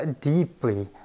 deeply